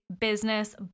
business